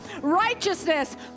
righteousness